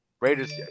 Raiders